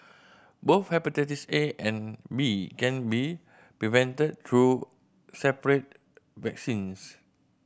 both hepatitis A and B can be prevented through separate vaccines